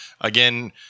again